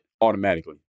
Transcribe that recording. automatically